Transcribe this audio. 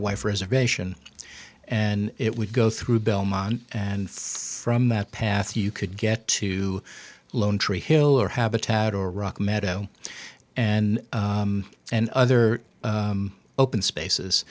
reservation and it would go through belmont and from that path you could get to lone tree hill or habitat or rock meadow and and other open spaces